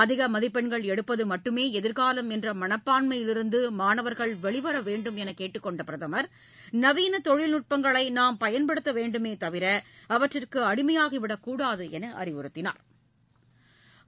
அதிக மதிப்பெண்கள் எடுப்பது மட்டுமே எதிர்காலம் என்ற மனப்பான்மையிலிருந்து மாணவர்கள் வெளிவர வேண்டும் என கேட்டுக்கொண்ட பிரதமர் நவீன தொழில்நுட்பங்களை நாம் பயன்படுத்த வேண்டுமே தவிர அவற்றிற்கு அடிமையாகி விடக்கூடாது என்று அறிவறுத்தினாா்